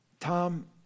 Tom